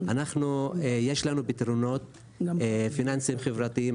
יש לנו פתרונות פיננסיים-חברתיים,